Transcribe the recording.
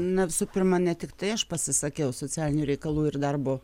na visų pirma ne tiktai aš pasisakiau socialinių reikalų ir darbo